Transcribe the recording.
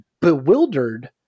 bewildered